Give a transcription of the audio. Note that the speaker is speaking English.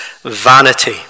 vanity